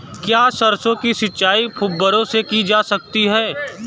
क्या सरसों की सिंचाई फुब्बारों से की जा सकती है?